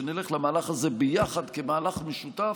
שנלך למהלך הזה ביחד כמהלך משותף.